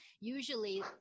usually